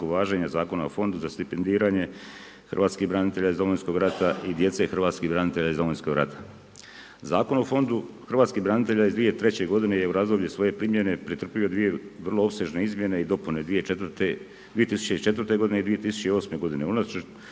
važenja Zakona o Fondu za stipendiranje hrvatskih branitelja iz Domovinskog rata i djece hrvatskih branitelja iz Domovinskog rata. Zakon o Fondu hrvatskih branitelja iz 2003. godine je u razdoblju svoje primjene pretrpio dvije vrlo opsežne izmjene i dopune 2004. godine i 2008. godine.